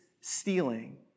stealing